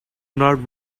not